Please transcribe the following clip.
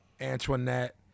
Antoinette